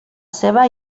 ceba